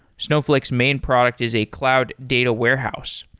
snowflake's main product is a cloud data warehouse.